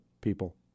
people